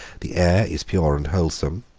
the air is pure and wholesome,